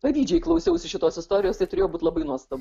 pavydžiai klausiausi šitos istorijos tai turėjo būt labai nuostabu